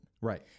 Right